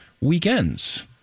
Weekends